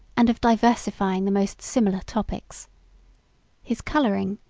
and of diversifying the most similar, topics his coloring,